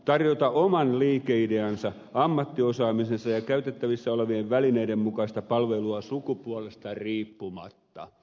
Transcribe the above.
tarjota oman liikeideansa ammattiosaamisensa ja käytettävissään olevien välineiden mukaista palvelua sukupuolesta riippumatta